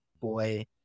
boy